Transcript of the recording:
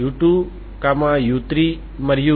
X సరే